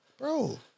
Bro